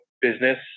business